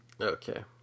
Okay